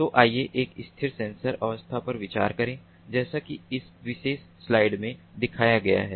तो आइए एक स्थिर सेंसर नेटवर्क अवस्था पर विचार करें जैसा कि इस विशेष स्लाइड में दिखाया गया है